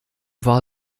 war